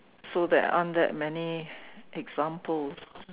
so there aren't that many examples